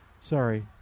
sorry